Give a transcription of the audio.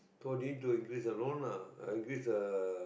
so need to increase the loan lah increase the